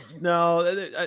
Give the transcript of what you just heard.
no